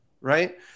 right